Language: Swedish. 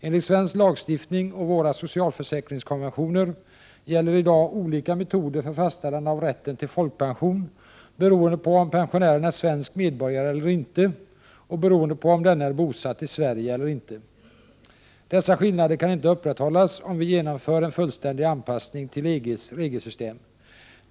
Enligt svensk lagstiftning och våra socialförsäkringskonventioner gäller i dag olika metoder för fastställande av rätten till folkpension beroende på om pensionären är svensk medborgare eller inte och beroende på om denne är bosatt i Sverige eller inte. Dessa skillnader kan inte upprätthållas om vi genomför en fullständig anpassning till EG:s regelsystem.